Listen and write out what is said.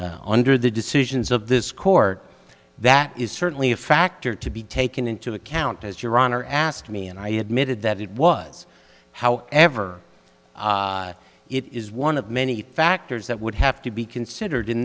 wars under the decisions of this court that is certainly a factor to be taken into account as your honor asked me and i admitted that was how ever it is one of many factors that would have to be considered in